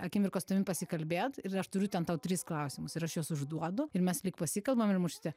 akimirkos su tavimi pasikalbėt ir aš turiu ten tau tris klausimus ir aš juos užduodu ir mes lyg pasikalbam ir močiutė